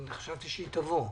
חשבתי שהיא תבוא היום.